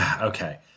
Okay